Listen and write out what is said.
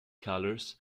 colours